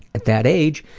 at that age,